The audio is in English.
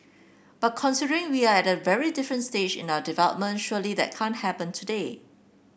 but considering we are at a very different stage in our development surely that can't happen today